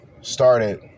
started